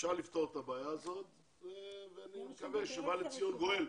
אפשר לפתור את הבעיה הזאת ואני מקווה שבא לציון גואל,